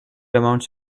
amounts